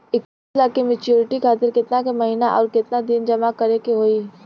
इक्कीस लाख के मचुरिती खातिर केतना के महीना आउरकेतना दिन जमा करे के होई?